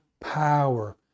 power